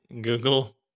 Google